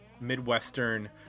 Midwestern